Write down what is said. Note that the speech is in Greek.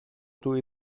του